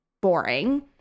Boring